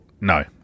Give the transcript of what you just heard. no